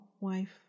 wife